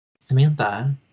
samantha